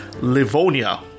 Livonia